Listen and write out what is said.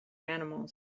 animals